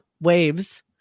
waves